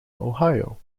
ohio